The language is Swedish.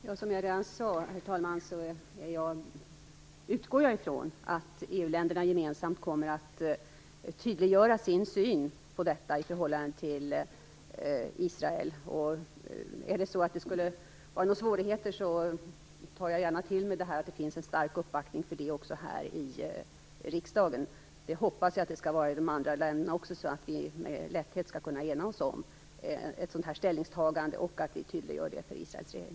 Herr talman! Som jag redan sade utgår jag ifrån att EU-länderna gemensamt kommer att tydliggöra sin syn på detta i förhållande till Israel. Skulle det var några svårigheter tar jag gärna till med det här att det finns en stark uppbackning för det i riksdagen. Det hoppas jag finns också i de andra länderna så att vi med lätthet skall kunna ena oss om ett sådant ställningstagande och tydliggöra det för Israels regering.